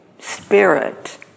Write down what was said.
spirit